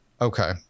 Okay